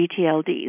GTLDs